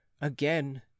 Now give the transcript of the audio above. again